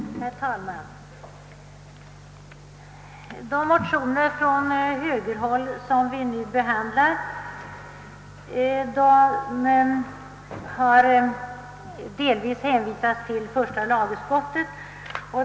Herr talman! De motioner från högerhåll som vi nu behandlar har delvis hänvisats till första lagutskottet.